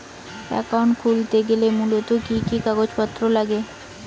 Account খুলতে গেলে মূলত কি কি কাগজপত্র লাগে?